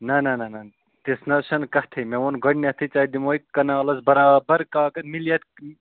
نہ نہ نہ نہ تِژھ نہٕ حظ چھَنہٕ کَتھٕے مےٚ ووٚن گۄڈنٮ۪تھٕے ژےٚ دِمہوے کَنالَس بَرابَر کاکَد مِلیَت